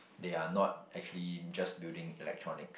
they are not actually just building electronics